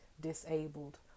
disabled